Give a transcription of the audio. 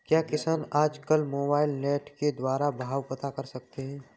क्या किसान आज कल मोबाइल नेट के द्वारा भाव पता कर सकते हैं?